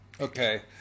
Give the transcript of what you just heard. Okay